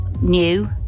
new